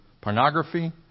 pornography